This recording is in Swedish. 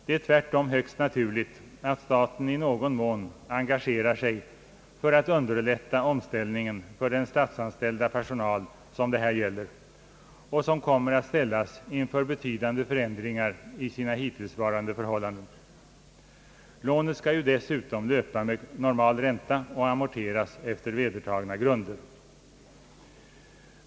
Det är tvärtom högst naturligt att staten i någon mån engagerar sig för att underlätta omställningen för den statsanställda personal som det här gäller och som kommer att ställas inför betydande förändringar i sina hittillsvarande förhållanden. Lånet skall ju dessutom löpa med normal ränta och amorteras efter vedertagna grunder.